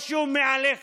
או שהוא מעליך,